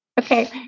Okay